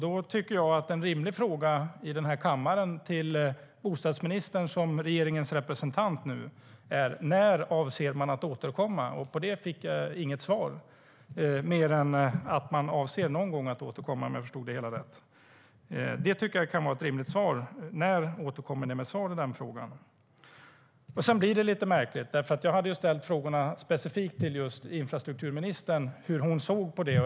Då tycker jag att en rimlig fråga i kammaren till bostadsministern, som nu är regeringens representant, är: När avser man att återkomma? Jag fick inget svar mer än att man någon gång avser att återkomma, om jag förstod det hela rätt. Jag tycker att det kan vara rimligt att få ett svar. När återkommer ni med svar i den frågan? Sedan blir det lite märkligt. Jag hade ställt frågorna specifikt till infrastrukturministern om hur hon såg på det.